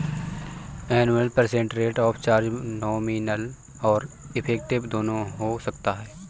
annual percent rate of charge nominal और effective दोनों हो सकता है